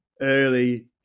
early